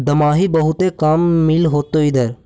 दमाहि बहुते काम मिल होतो इधर?